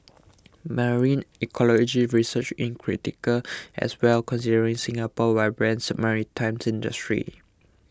marine ecology research in critical as well considering Singapore's vibrant maritime industry